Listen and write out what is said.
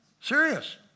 serious